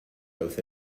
both